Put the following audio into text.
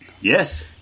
Yes